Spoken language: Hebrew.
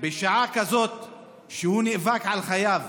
לא מאחל לו, בשעה כזאת שהוא נאבק על חייו,